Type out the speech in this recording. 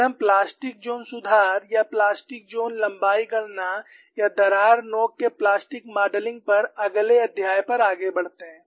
फिर हम plastic zone सुधार या प्लास्टिक ज़ोन लंबाई गणना या दरार नोक के प्लास्टिक मॉडलिंग पर अगले अध्याय पर आगे बढ़ते हैं